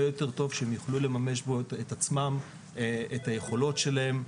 יותר טוב שהם יוכלו לממש בו את עצמם ואת היכולות שלהם,